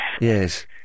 Yes